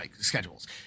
schedules